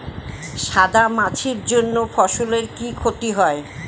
সাদা মাছির জন্য ফসলের কি ক্ষতি হয়?